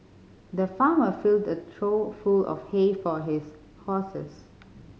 the farmer filled a trough full of hay for his horses